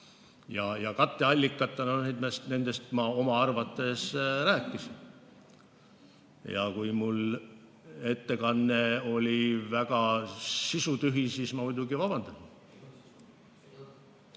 Katteallikatest ma oma arvates rääkisin. Ja kui mu ettekanne oli väga sisutühi, siis ma muidugi vabandan.